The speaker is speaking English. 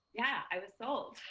yeah, i was sold.